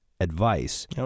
advice